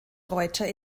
reuter